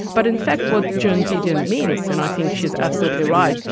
but in fact what joan didion means, and i think she is absolutely right,